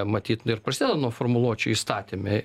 matyt ir prasideda nuo formuluočių įstatyme